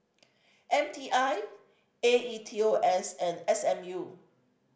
M T I A E T O S and S M U